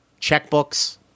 checkbooks